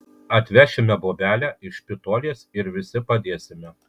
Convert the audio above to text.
atvešime bobelę iš špitolės ir visi padėsime